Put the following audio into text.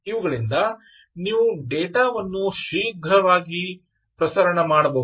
ಇವುಗಳಿಂದ ನೀವು ಡೇಟಾ ವನ್ನು ಶ್ರೀಘ್ರವಾಗಿ ಪ್ರಸರಣ ಮಾಡಬಹುದು